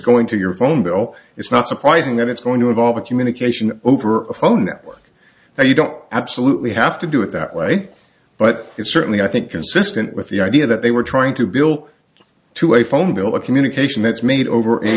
going to your phone bill it's not surprising that it's going to involve a communication over a phone network and you don't absolutely have to do it that way but it's certainly i think consistent with the idea that they were trying to build to a phone bill a communication that's made over a